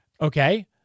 Okay